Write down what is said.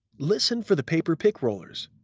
listen for the paper-pick rollers.